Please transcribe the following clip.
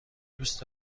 دوست